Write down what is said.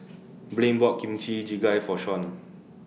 Blaine bought Kimchi Jjigae For Shaun